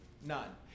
none